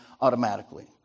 automatically